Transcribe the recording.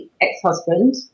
ex-husband